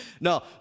No